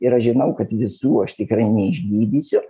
ir aš žinau kad visų aš tikrai neišgydysiu